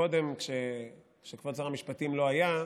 קודם, כשכבוד שר המשפטים לא היה,